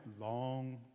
long